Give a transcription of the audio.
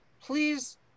please